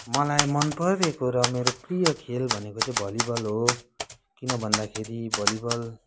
मलाई मन परेको र मेरो प्रिय खेल भनेको चाहिँ भलिबल हो किन भन्दाखेरि भलिबल